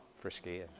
frisky